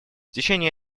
течение